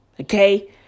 Okay